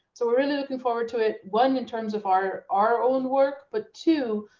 so we're really looking forward to it. one, in terms of our our own work, but two,